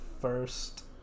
first